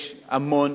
יש המון,